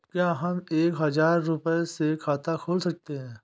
क्या हम एक हजार रुपये से खाता खोल सकते हैं?